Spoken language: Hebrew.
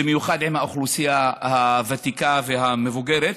במיוחד עם האוכלוסייה הוותיקה והמבוגרת.